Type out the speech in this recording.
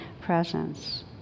presence